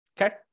okay